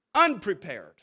unprepared